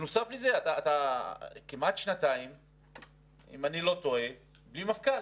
בנוסף לזה, כמעט שנתיים אם אני לא טועה בלי מפכ"ל